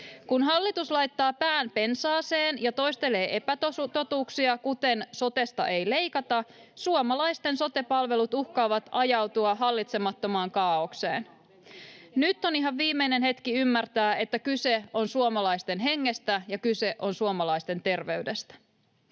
Kun hallitus laittaa pään pensaaseen ja toistelee epätotuuksia, kuten ”sotesta ei leikata”, suomalaisten sote-palvelut uhkaavat ajautua hallitsemattomaan kaaokseen. Nyt on ihan viimeinen hetki ymmärtää, että kyse on suomalaisten hengestä ja kyse on suomalaisten terveydestä.